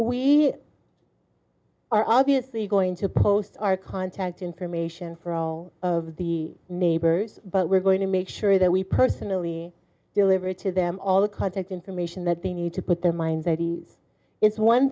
we are obviously going to post our contact information for all of the neighbors but we're going to make sure that we personally deliver to them all the contact information that they need to put their minds at ease it's one